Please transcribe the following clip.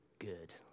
Good